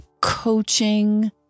coaching